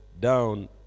down